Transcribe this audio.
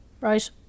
right